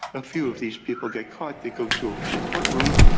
a few of these people get caught, they go to a courtroom,